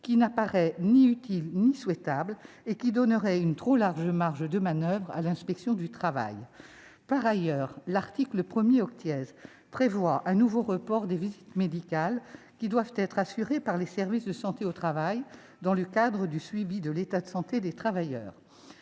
qui n'apparaît ni utile ni souhaitable, et qui donnerait une trop large marge de manoeuvre à l'inspection du travail. Par ailleurs, l'article 1 prévoit un nouveau report des visites médicales qui doivent être assurées par les services de santé au travail dans le cadre du suivi de l'état de santé des travailleurs.